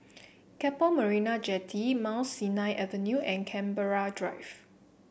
Keppel Marina Jetty Mount Sinai Avenue and Canberra Drive